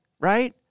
right